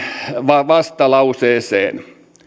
opposition yhteiseen vastalauseeseen